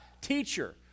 teacher